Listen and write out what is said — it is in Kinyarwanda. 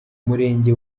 murenge